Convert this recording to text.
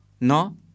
no